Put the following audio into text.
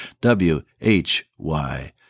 W-H-Y